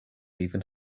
even